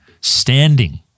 standing